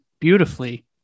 beautifully